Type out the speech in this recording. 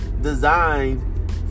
designed